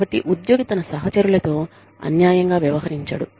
కాబట్టి ఉద్యోగి తన సహచరులతో అన్యాయంగా వ్యవహరించడు